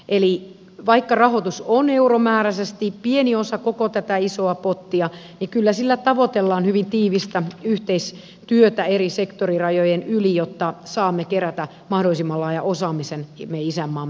eli vaikka rahoitus on euromääräisesti pieni osa koko tätä isoa pottia niin kyllä sillä tavoitellaan hyvin tiivistä yhteistyötä eri sektorirajojen yli jotta saamme kerätä mahdollisimman laajan osaamisen meidän isänmaamme hyväksi